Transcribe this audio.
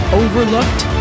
overlooked